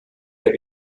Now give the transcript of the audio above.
der